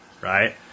Right